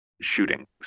shootings